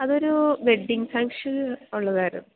അതൊരു വെഡ്ഡിങ് ഫങ്ഷന് ഉള്ളതായിരുന്നു